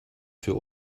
für